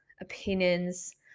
opinions